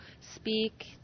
speak